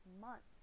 months